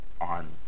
on